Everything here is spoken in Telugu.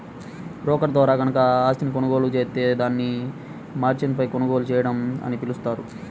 బ్రోకర్ ద్వారా గనక ఆస్తిని కొనుగోలు జేత్తే దాన్ని మార్జిన్పై కొనుగోలు చేయడం అని పిలుస్తారు